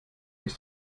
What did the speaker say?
ist